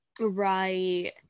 Right